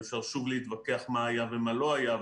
ואפשר שוב להתווכח מה היה ומה לא היה.